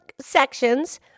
sections